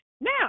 now